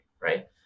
right